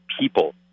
people